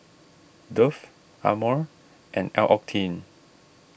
Dove Amore and L'Occitane